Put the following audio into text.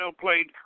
played